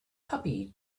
puppy